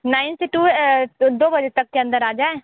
nine से to दो बजे तक के अन्दर आ जाएँ